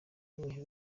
ine